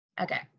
Okay